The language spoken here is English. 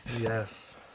Yes